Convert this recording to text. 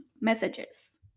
messages